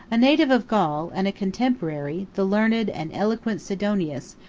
a native of gaul, and a contemporary, the learned and eloquent sidonius,